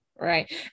right